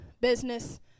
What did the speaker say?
business